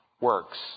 works